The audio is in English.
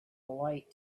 light